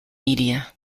media